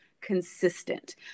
consistent